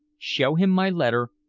show him my letter,